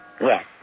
Yes